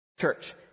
Church